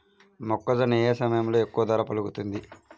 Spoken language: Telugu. మొక్కజొన్న ఏ సమయంలో ఎక్కువ ధర పలుకుతుంది?